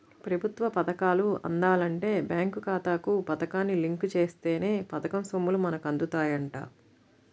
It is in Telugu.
ప్రభుత్వ పథకాలు అందాలంటే బేంకు ఖాతాకు పథకాన్ని లింకు జేత్తేనే పథకం సొమ్ములు మనకు అందుతాయంట